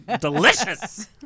delicious